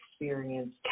experience